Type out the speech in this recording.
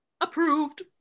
approved